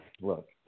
Look